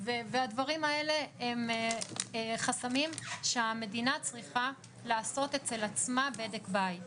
והדברים האלה הם חסמים שהמדינה צריכה לעשות אצל עצמה בדק בית.